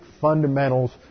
fundamentals